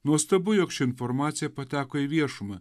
nuostabu jog ši informacija pateko į viešumą